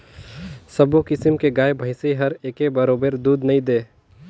सबो किसम के गाय भइसी हर एके बरोबर दूद नइ दे